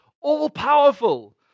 all-powerful